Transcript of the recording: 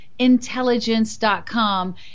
intelligence.com